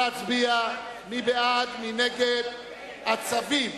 מי בעד ומי נגד הצווים.